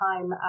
time